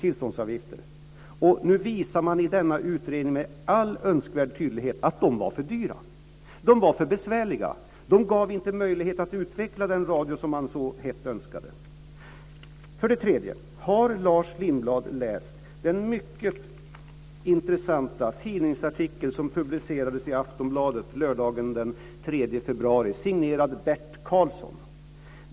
I denna utredning visar man med all önskvärd tydlighet att de var för dyra. De var för besvärliga. De gav inte möjligheter att utveckla den radio som man så hett önskade. Har Lars Lindblad vidare läst den mycket intressanta tidningsartikel som publicerades i Aftonbladet lördagen den 3 februari, signerad Bert Karlsson?